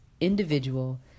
individual